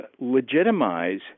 legitimize